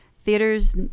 theaters